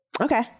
Okay